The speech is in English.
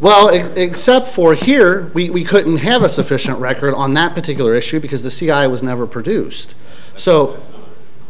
well except for here we couldn't have a sufficient record on that particular issue because the c i was never produced so